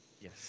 Yes